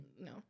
no